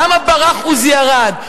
למה ברח עוזי ארד?